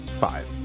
five